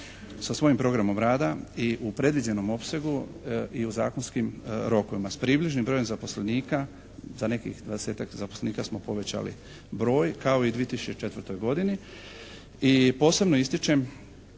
sa svojim programom rada i u predviđenom opsegu i u zakonskim rokovima s približnim brojem zaposlenika, za nekih 20-tak zaposlenika smo povećali broj kao i u 2004. godini. I posebno ističem